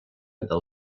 del